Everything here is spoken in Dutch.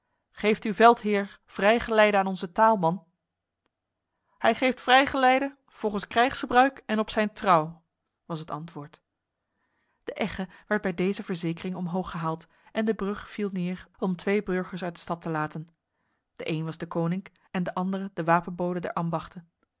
geeft uw veldheer vrijgeleide aan onze taalman hij geeft vrijgeleide volgens krijgsgebruik en op zijn trouw was het antwoord de egge werd bij deze verzekering omhoog gehaald en de brug viel neer om twee burgers uit de stad te laten de een was deconinck en de andere de wapenbode der ambachten